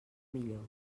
millor